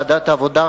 ועדת העבודה,